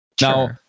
now